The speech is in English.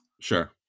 Sure